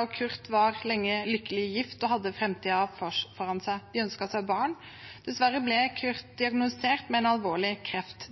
og Kurt var lenge lykkelig gift og hadde framtiden foran seg. De ønsket seg barn. Dessverre ble Kurt diagnostisert med alvorlig kreft.